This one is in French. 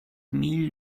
mille